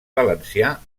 valencià